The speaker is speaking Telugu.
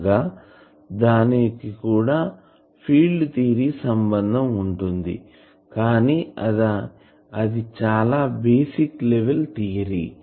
అనగా దానికి కూడా ఫీల్డ్ థియరీ సంబంధం ఉంటుంది కానీ అది చాలా బేసిక్ లెవెల్ థియరీ